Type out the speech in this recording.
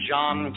John